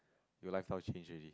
your lifestyle change already